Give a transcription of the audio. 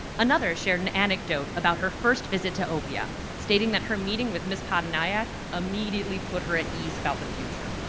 another shared an anecdote about her first visit to opia, stating that her meeting with ms. pattanayak immediately put her at ease about the future,